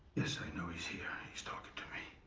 is so you know is here. he is talking to me.